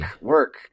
work